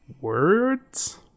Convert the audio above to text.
words